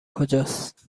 کجاست